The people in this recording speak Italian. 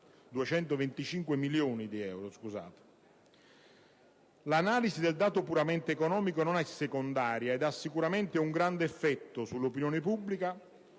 L'analisi del dato puramente economico non è secondaria ed ha sicuramente un grande effetto sull'opinione pubblica,